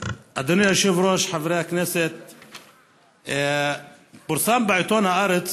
אדוני היושב-ראש, חברי הכנסת, פורסם בעיתון הארץ